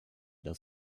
das